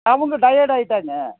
அவங்க டயர்டு ஆயிட்டாங்க ஆ